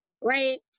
right